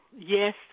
Yes